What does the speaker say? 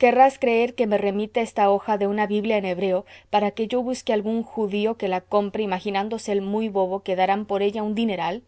querrás creer que me remite esta hoja de una biblia en hebreo para que yo busque algún judío que la compre imaginándose el muy bobo que darán por ella un dineral